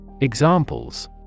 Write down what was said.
Examples